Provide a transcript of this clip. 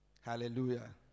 Hallelujah